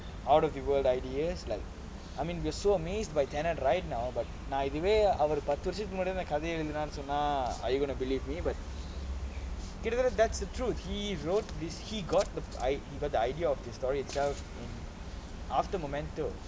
out of the world ideas like I mean we are so amazed by tenet right now நான் எதுமே அவர்:naan ethumae avar ten வருஷதுக்கு முன்னால் கதை எழுதினார்னா சொன்னா:varushathuku munaal kathai eluthinaarnaa sonna are you gonna believe me but that's the truth he wrote this he got the I got the idea of the story itself after moment